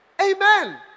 Amen